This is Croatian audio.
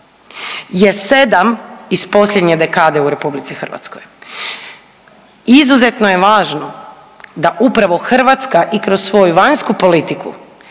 je 7 iz posljednje dekade u RH. Izuzetno je važno da upravo Hrvatska i kroz svoju vanjsku politiku